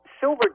silver